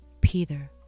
Peter